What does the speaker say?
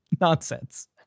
nonsense